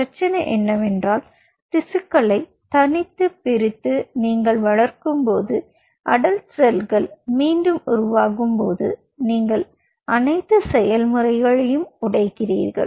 பிரச்சனை என்னவென்றால் திசுக்களைத் தனித்து பிரித்து நீங்கள் வளர்க்கும்போது அடல்ட் செல்கள் மீண்டும் உருவாகும்போது நீங்கள் அனைத்து செயல்முறைகளையும் உடைக்கிறீர்கள்